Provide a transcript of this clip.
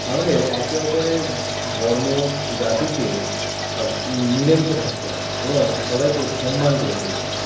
আমাদের একে অপরের ধর্ম জাতিকে মিলেমিশে থাকতে হবে এবং সবাইকে সম্মান করে চলতে হবে